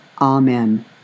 Amen